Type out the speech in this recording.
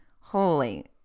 holy